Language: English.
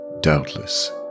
doubtless